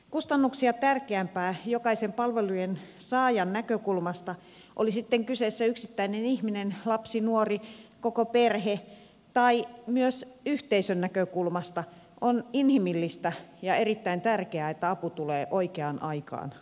kustannuksia tärkeämpää ja inhimillistä jokaisen palvelujen saajan näkökulmasta oli sitten kyseessä yksittäinen ihminen lapsi nuori koko perhe tai myös yhteisön näkökulmasta on että apu tulee oikeaan aikaan ajoissa